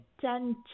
ten